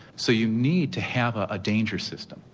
so you need to have ah a danger system,